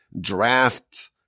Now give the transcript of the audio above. draft